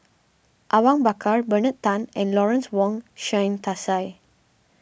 Awang Bakar Bernard Tan and Lawrence Wong Shyun Tsai